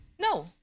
No